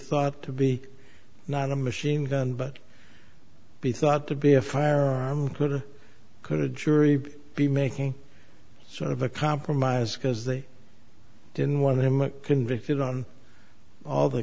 thought to be not a machine gun but be thought to be a firearm could a jury be making sort of a compromise because they didn't want him convicted on all the